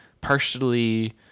partially